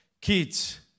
kids